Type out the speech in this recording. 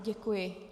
Děkuji.